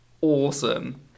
awesome